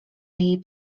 jej